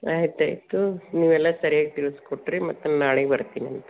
ಆಯ್ತು ಆಯಿತು ನೀವು ಎಲ್ಲ ಸರ್ಯಾಗಿ ತಿಳಿಸ್ಕೊಟ್ರಿ ಮತ್ತೆ ನಾ ನಾಳೆಗೆ ಬರ್ತೀನಂತೆ